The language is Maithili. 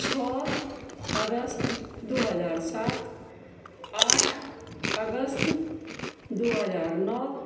छओ अगस्त दू हजार सात आठ अगस्त दू हजार नओ